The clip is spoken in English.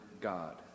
God